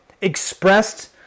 expressed